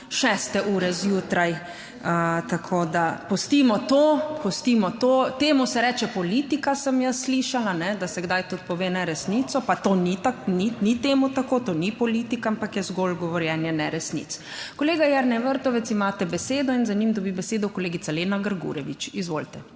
do 6. ure zjutraj, tako, da pustimo to, pustimo to, temu se reče politika, sem jaz slišala, da se kdaj tudi pove neresnico pa to ni temu tako, to ni politika, ampak je zgolj govorjenje neresnic. Kolega Jernej Vrtovec, imate besedo in za njim dobi besedo kolegica Lena Grgurevič. Izvolite.